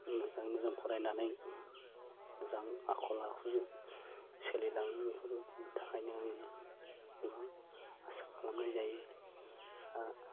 मोजाङै मोजां फरायनानै मोजां आखल आखुजों सोलिलांनो बेफोरबायदिनि थाखायनो गोबां आसा खालामनाय जायो हा